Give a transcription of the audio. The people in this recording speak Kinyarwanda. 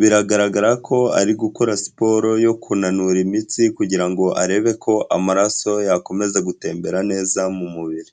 biragaragara ko ari gukora siporo yo kunanura imitsi kugira ngo arebe ko amaraso yakomeza gutembera neza mu mubiri.